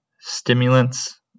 stimulants